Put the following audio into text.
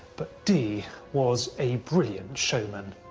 but dee was a brilliant showman.